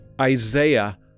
Isaiah